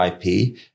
IP